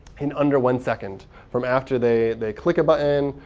in under one second from after they they click a button,